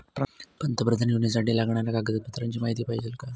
पंतप्रधान योजनेसाठी लागणाऱ्या कागदपत्रांची माहिती पाहिजे आहे